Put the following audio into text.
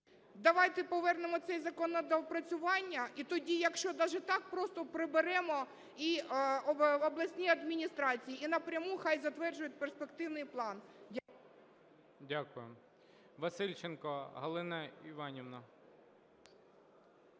Давайте повернемо цей закон на доопрацювання. І тоді, якщо даже так просто приберемо і обласні адміністрації, і напряму хай затверджують перспективний план.